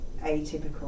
atypical